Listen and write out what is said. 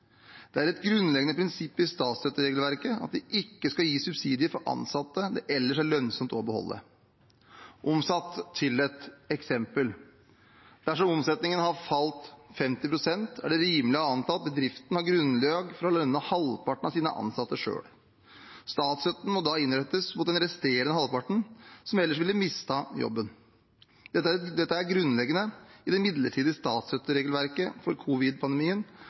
Det er et grunnleggende prinsipp i statsstøtteregelverket at det ikke skal gis subsidier for ansatte det ellers er lønnsomt å beholde. Omsatt til et eksempel: Dersom omsetningen har falt med 50 pst., er det rimelig å anta at bedriften har grunnlag for å lønne halvparten av sine ansatte selv. Statsstøtten må da innrettes mot den resterende halvparten, som ellers ville mistet jobben. Dette er grunnleggende i det midlertidige statsstøtteregelverket for